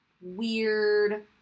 weird